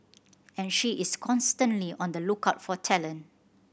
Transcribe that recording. and she is constantly on the lookout for talent